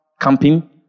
camping